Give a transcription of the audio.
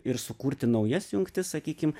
ir sukurti naujas jungtis sakykim